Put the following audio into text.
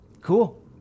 cool